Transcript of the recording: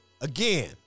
again